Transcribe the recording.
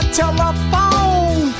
telephone